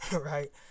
Right